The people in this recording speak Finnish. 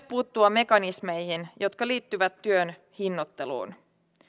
puuttua mekanismeihin jotka liittyvät työn hinnoitteluun